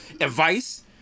advice